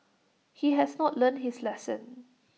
he has not learnt his lesson